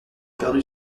perdu